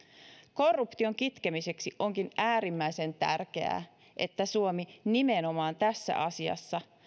korruption kitkemiseksi onkin äärimmäisen tärkeää että suomi nimenomaan tässä asiassa